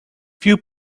few